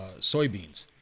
soybeans